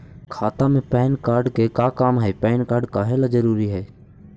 खाता में PAN card के का काम है पैन कार्ड काहे ला जरूरी है?